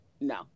No